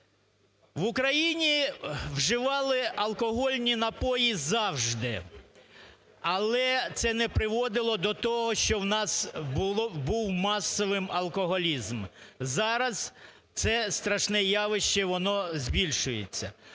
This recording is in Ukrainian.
В Україні вживали алкогольні напої завжди. Але це не приводило до того, що у нас був масовим алкоголізм. Зараз це страшне явище, воно збільшується.